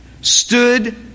stood